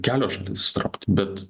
kelios įsitraukt bet